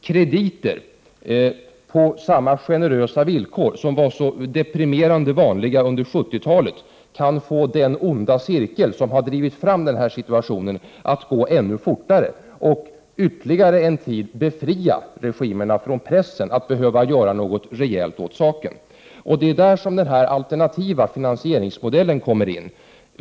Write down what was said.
Krediter på samma generösa villkor som var så deprimerande vanliga under 1970-talet kan få den onda cirkel som har drivit fram denna situation att slutas ännu fortare och ytterligare en tid befria regimerna från pressen att behöva göra något rejält åt saken. Det är i detta sammanhang som den alternativa finansieringsmodellen kommer in i bilden.